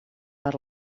per